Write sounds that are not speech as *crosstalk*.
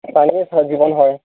পানীয়ে *unintelligible* জীৱন হয়